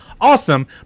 awesome